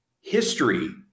history